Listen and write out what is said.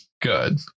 Good